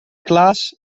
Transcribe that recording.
klaas